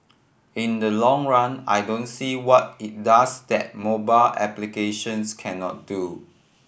in the long run I don't see what it does that mobile applications cannot do